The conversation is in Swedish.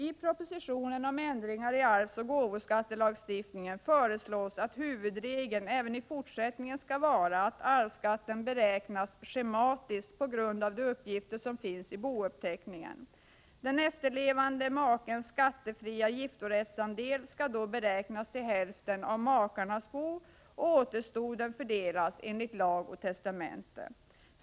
I propositionen om ändringar i arvsoch gåvoskattelagstiftningen föreslås att huvudregeln även i fortsättningen skall vara att arvsskatten beräknas schematiskt på grundval av de uppgifter som finns i bouppteckningen. Den efterlevande makens skattefria giftorättsandel skall då beräknas till hälften av makarnas bo, och återstoden fördelas enligt lag och testamente.